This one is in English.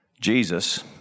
Jesus